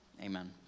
Amen